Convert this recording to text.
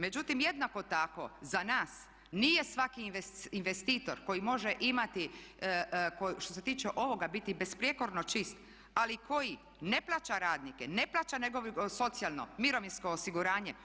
Međutim, jednako tako za nas nije svaki investitor koji može imati, što se tiče ovoga biti besprijekorno čist, ali koji ne plaća radnike, ne plaća socijalno, mirovinsko osiguranje.